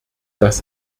das